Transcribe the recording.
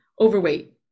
overweight